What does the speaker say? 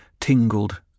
tingled